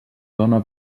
dóna